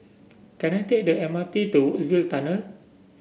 can I take the M R T to Woodsville Tunnel